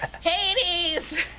Hades